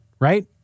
right